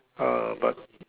ah but